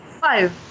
five